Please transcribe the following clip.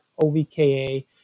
OVKA